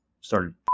started